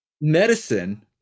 medicine